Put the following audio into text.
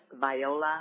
viola